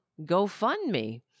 GoFundMe